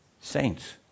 saints